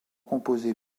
composé